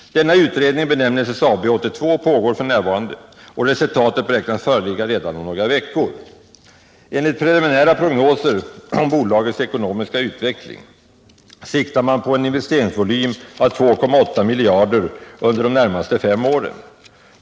Denna utredning benämns SSAB-82 och pågår f. n. Resultatet beräknas föreligga redan om några veckor. Enligt preliminära prognoser om bolagets ekonomiska utveckling siktar man till en investeringsvolym på 2,8 miljarder kronor under de närmaste fem åren.